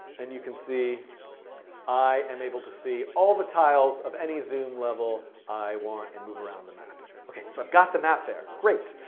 and you can see i am able to see all the tiles of any zoom level i want and move around the map. ok. so i've got the map there. great.